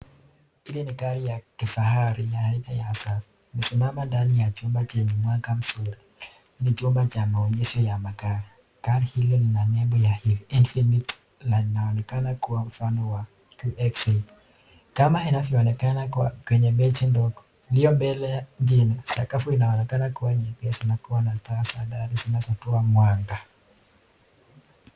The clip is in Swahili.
Hili ni gari ya kifahari ya aina ya Astor. Imesimama ndani ya chumba chenye mwanga mzuri. Ni chumba cha maonyesho ya magari. Gari hili lina lebo ya Infiniti na linaonekana kua mfano wa QX80. Kama inavyoonekana kwenye mechi ndogo ilio mbele jina, sakafu inaonekana kua nyepesi na taa za ndani zinazotoa mwanga.